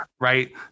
right